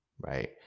right